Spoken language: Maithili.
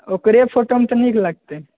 ओकरे फोटोमे तऽ नीक लगतै